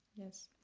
yes.